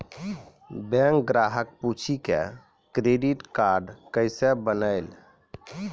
Bank ग्राहक पुछी की क्रेडिट कार्ड केसे बनेल?